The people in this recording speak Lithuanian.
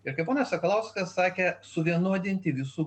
ir kaip ponas sakalauskas sakė suvienodinti visų